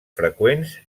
freqüents